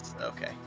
Okay